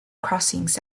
crossings